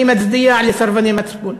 אני מצדיע לסרבני מצפון.